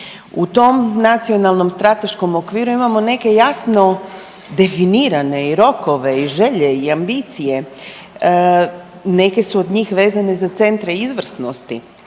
U tom Nacionalnom strateškom okviru imamo neke jasno definirane i rokove, i želje i ambicije. Neke su od njih vezane za centre izvrsnosti.